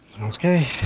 okay